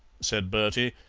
said bertie,